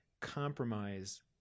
compromise